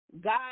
God